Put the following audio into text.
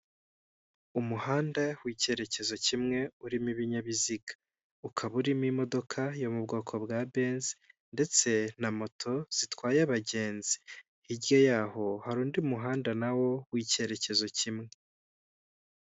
Umuhanda w'icyerekezo kimwe urimo ibinyabiziga, ukaba urimo imodoka yo mu bwoko bwa benze ndetse na moto zitwaye abagenzi, hiryaye yaho hari undi muhanda nawo w'icyerekezo kimwe.